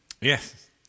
Yes